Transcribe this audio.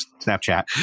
Snapchat